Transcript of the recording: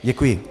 Děkuji.